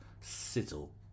sizzle